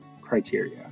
criteria